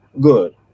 good